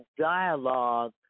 dialogue